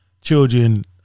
children